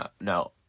No